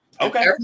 Okay